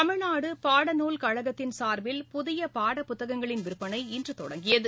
தமிழ்நாடு பாடநூல் கழகத்தின் சா்பில் புதிய பாடப்புத்தகங்களின் விற்பனை இன்று தொடங்கியது